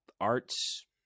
arts